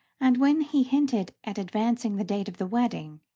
and, when he hinted at advancing the date of the wedding,